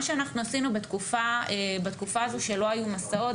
מה שאנחנו עשינו בתקופה הזו שלא היו מסעות,